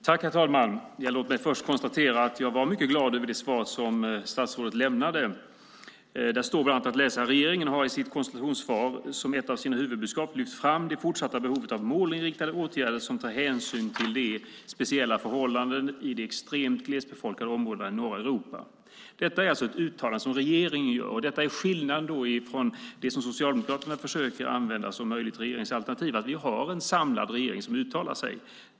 Herr talman! Låt mig först konstatera att jag var mycket glad över det svar som statsrådet lämnade. Där står bland annat att läsa: Regeringen har i sitt konstitutionssvar som ett av sina huvudbudskap lyft fram det fortsatta behovet av målinriktade åtgärder som tar hänsyn till de speciella förhållandena i de extremt glesbefolkade områdena i norra Europa. Detta är alltså ett uttalande som regeringen gör, och det är skillnaden från det som Socialdemokraterna försöker använda som möjligt regeringsalternativ. Vi har en samlad regering som uttalar sig.